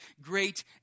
great